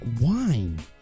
wine